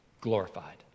glorified